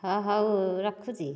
ହଁ ହେଉ ରଖୁଛି